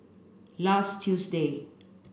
last Tuesday